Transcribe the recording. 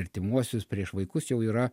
artimuosius prieš vaikus jau yra